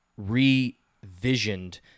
revisioned